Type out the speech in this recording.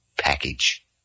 package